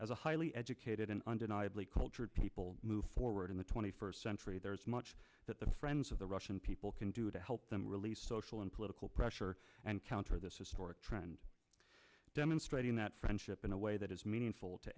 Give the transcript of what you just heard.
as a highly educated and undeniably cultured people move forward in the twenty first century there is much that the friends of the russian people can do to help them release social and political pressure and counter this historic trend demonstrating that friendship in a way that is meaningful to